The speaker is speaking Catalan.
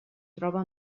troba